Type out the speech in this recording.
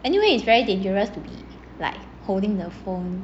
anyway it's very dangerous to be like holding the phone